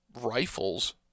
rifles